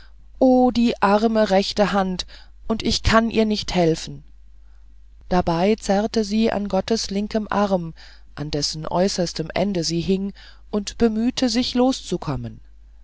oh die arme rechte hand und ich kann ihr nicht helfen dabei zerrte sie an gottes linkem arm an dessen äußerstem ende sie hing und bemühte sich loszukommen